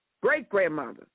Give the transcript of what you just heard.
great-grandmother